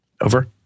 Over